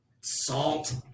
Salt